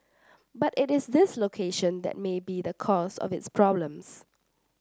but it is this location that may be the cause of its problems